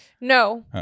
No